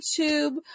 YouTube